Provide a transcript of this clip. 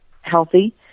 healthy